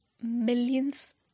millions